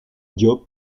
diop